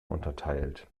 unterteilt